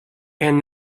and